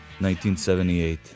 1978